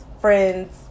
friends